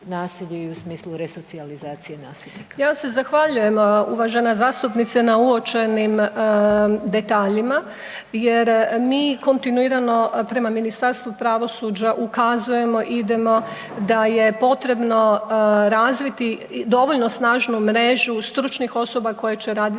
Ja se zahvaljujem uvažena zastupnice na uočenim detaljima jer mi kontinuirano prema Ministarstvu pravosuđa ukazujemo idemo da je potrebno razviti dovoljno snažnu mrežu stručnih osoba koje će raditi